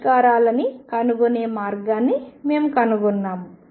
పరిష్కారాలని కనుగొనే మార్గాన్ని మేము కనుగొన్నాము